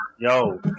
Yo